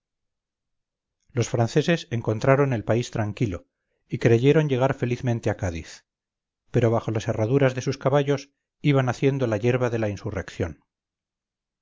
los franceses encontraron el país tranquilo y creyeron llegar felizmente a cádiz pero bajo las herraduras de sus caballos iba naciendo la yerba de la insurrección